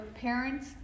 Parents